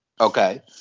Okay